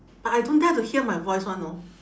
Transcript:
but I don't dare to hear my voice [one] know